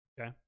okay